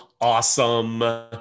awesome